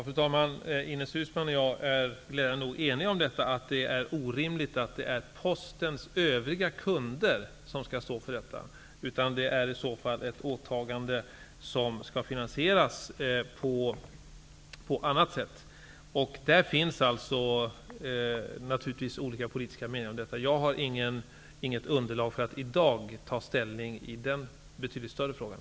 Fru talman! Ines Uusmann och jag är glädjande nog eniga om att det är orimligt att Postens övriga kunder skall bekosta lördagsdistributionen av tidningar utan att det är ett åtagande som skall finansieras på annat sätt. Det finns naturligtvis olika politiska meningar om detta. Jag har inget underlag för att i dag ta ställning i den betydligt större frågan.